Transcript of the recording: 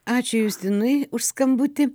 ačiū justinui už skambutį